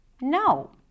No